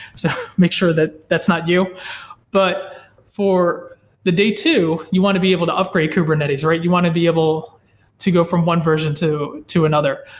so make sure that that's not you but for the day too, you want to be able to upgrade kubernetes, right? you want to be able to go from one version to to another.